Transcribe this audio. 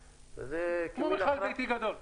כמו מכל ביתי גדול.